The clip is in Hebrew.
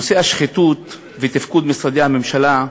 נושא השחיתות ותפקוד משרדי הממשלה,